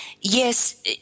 Yes